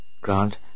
grant